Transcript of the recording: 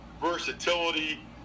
versatility